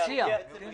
מסתיימים.